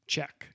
Check